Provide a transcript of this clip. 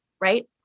right